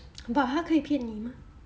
but 他可以骗你嘛